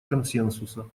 консенсуса